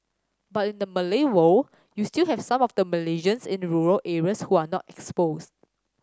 but in the Malay world you still have some of the Malaysians in rural areas who are not exposed